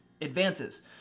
advances